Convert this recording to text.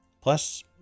Plus